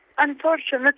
Unfortunately